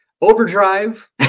Overdrive